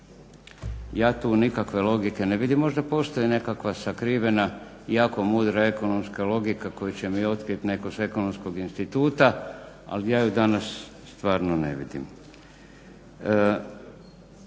Ja tu nikakve logike ne vidim, možda postoji nekakva sakrivena jako mudra ekonomska logika koju će mi otkrit netko s Ekonomskog instituta, ali ja ju danas stvarno ne vidim.